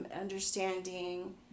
understanding